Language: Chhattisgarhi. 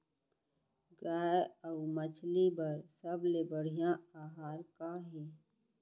गाय अऊ मछली बर सबले बढ़िया आहार का हे?